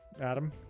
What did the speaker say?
Adam